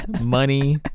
Money